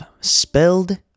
spelled